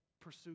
pursue